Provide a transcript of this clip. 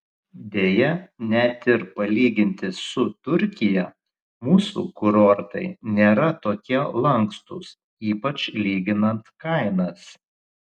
deja net ir palyginti su turkija mūsų kurortai nėra tokie lankstūs ypač lyginant kainas